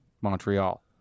Montreal